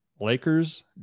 Lakers